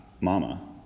mama